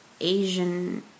Asian